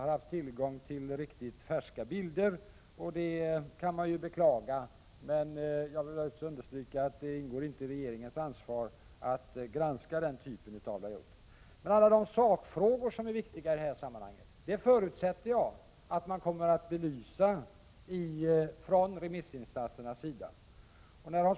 = JJ§ Goon tillgång till riktigt färska bilder som har utarbetat bilagan, och det kan man beklaga, men jag vill understryka att det inte ingår i regeringens ansvar att granska sådant. Alla de sakfrågor som är viktiga i detta sammanhang förutsätter jag att remissinstanserna kommer att belysa.